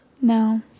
No